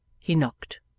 he knocked.